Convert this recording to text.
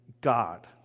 God